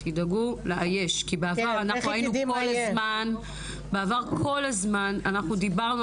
תדאגו לאייש כי בעבר כל הזמן אנחנו דיברנו